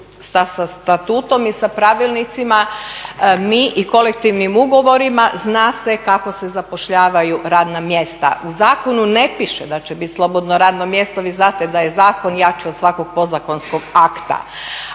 sa statutom i sa pravilnicima, mi i kolektivnim ugovorima zna se kako se zapošljavaju radna mjesta. U zakonu ne piše da će bit slobodno radno mjesto, vi znate da je zakon jači od svakog podzakonskog akta,